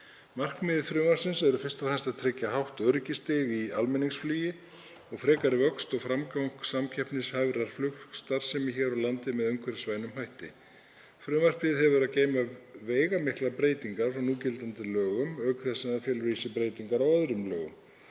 Markmið frumvarpsins eru fyrst og fremst að tryggja hátt öryggisstig í almenningsflugi og frekari vöxt og framgang samkeppnishæfrar flugstarfsemi hér á landi með umhverfisvænum hætti. Frumvarpið hefur að geyma veigamiklar breytingar frá núgildandi lögum auk þess sem það felur í sér breytingar á öðrum lögum.